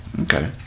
okay